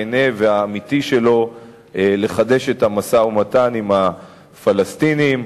הכן והאמיתי שלו לחדש את המשא-ומתן עם הפלסטינים.